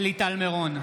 שלי טל מירון,